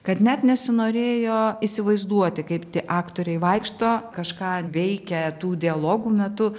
kad net nesinorėjo įsivaizduoti kaip tie aktoriai vaikšto kažką veikia tų dialogų metu